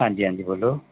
ਹਾਂਜੀ ਹਾਂਜੀ ਬੋਲੋ